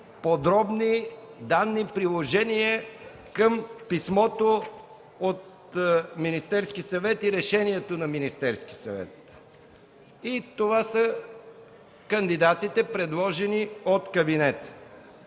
подробни данни, приложения към писмото от Министерския съвет и решението на Министерския съвет. Това са кандидатите, предложени от кабинета.